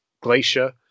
Glacier